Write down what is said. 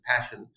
passion